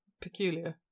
peculiar